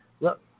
look